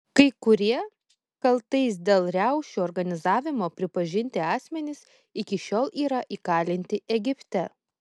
kai kurie kaltais dėl riaušių organizavimo pripažinti asmenys iki šiol yra įkalinti egipte